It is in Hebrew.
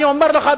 אני אומר לך,